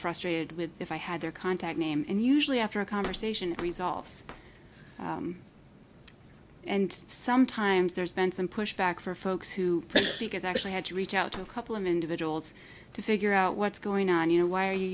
frustrated with if i had their contact name and usually after a conversation resolves and sometimes there's been some pushback for folks who speak has actually had to reach out to a couple of individuals to figure out what's going on you know why are you